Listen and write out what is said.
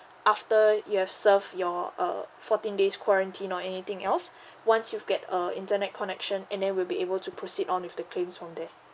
after you have serve your uh fourteen days quarantine or anything else once you've get a internet connection and then we'll be able to proceed on with the claims from there